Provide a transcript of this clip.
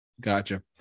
Gotcha